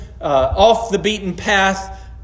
off-the-beaten-path